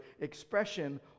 expression